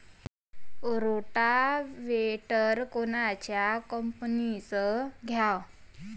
Rotavator कोनच्या कंपनीचं घ्यावं?